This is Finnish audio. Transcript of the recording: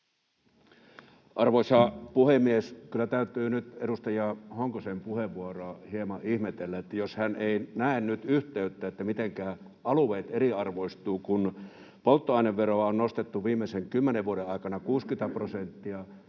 Arvoisa puhemies! Kyllä täytyy nyt edustaja Honkosen puheenvuoroa hieman ihmetellä, jos hän ei näe nyt yhteyttä siihen, mitenkä alueet eriarvoistuvat. Kun polttoaineveroa on nostettu viimeisen kymmenen vuoden aikana 60 prosenttia,